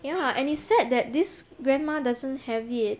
you know uh and it's sad that this grandma doesn't have it